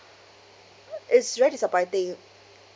it's very disappointing